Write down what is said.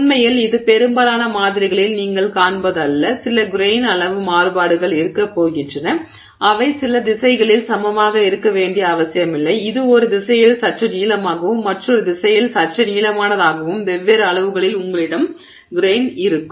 உண்மையில் இது பெரும்பாலான மாதிரிகளில் நீங்கள் காண்பது அல்ல சில கிரெய்ன் அளவு மாறுபாடுகள் இருக்கப் போகின்றன அவை சில திசைகளில் சமமாக இருக்க வேண்டிய அவசியமில்லை இது ஒரு திசையில் சற்று நீளமாகவும் மற்றொரு திசையில் சற்றே நீளமானதாகவும் வெவ்வேறு அளவுகளில் உங்களிடம் கிரெய்ன் இருக்கும்